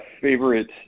favorite